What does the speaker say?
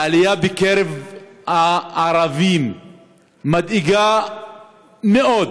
העלייה בקרב הערבים מדאיגה מאוד,